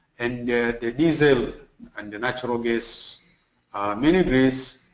and the diesel and the natural gas mini grids,